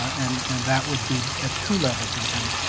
and and that would be at two levels, i think.